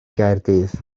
gaerdydd